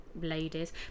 ladies